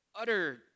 utter